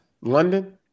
London